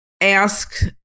ask